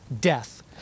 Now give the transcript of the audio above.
death